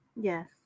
Yes